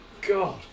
God